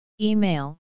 Email